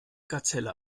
gazelle